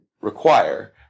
require